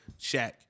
Shaq